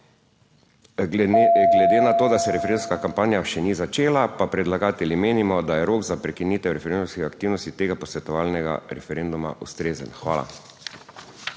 glede na to, da se referendumska kampanja še ni začela pa predlagatelji menimo, da je rok za prekinitev referendumske aktivnosti tega posvetovalnega referenduma ustrezen. Hvala.